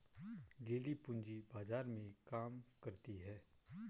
lily पूंजी बाजार में काम करती है